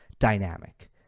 dynamic